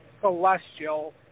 celestial